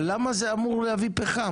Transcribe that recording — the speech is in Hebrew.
אבל למה זה אמור להביא פחם?